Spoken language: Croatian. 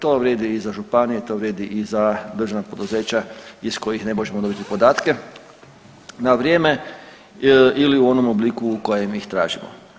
To vrijedi i za županije, to vrijedi i za državna poduzeća iz kojih ne možemo dobiti podatke na vrijeme ili u onom obliku u kojem ih tražimo.